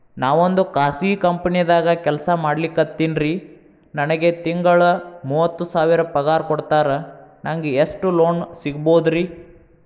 ನಾವೊಂದು ಖಾಸಗಿ ಕಂಪನಿದಾಗ ಕೆಲ್ಸ ಮಾಡ್ಲಿಕತ್ತಿನ್ರಿ, ನನಗೆ ತಿಂಗಳ ಮೂವತ್ತು ಸಾವಿರ ಪಗಾರ್ ಕೊಡ್ತಾರ, ನಂಗ್ ಎಷ್ಟು ಲೋನ್ ಸಿಗಬೋದ ರಿ?